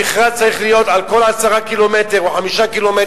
המכרז צריך להיות על כל 10 ק"מ או 5 ק"מ,